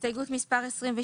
הסתייגות מספר 20,